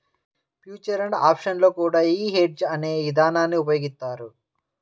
future and options లో కూడా యీ హెడ్జ్ అనే ఇదానాన్ని ఉపయోగిత్తారు